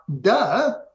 duh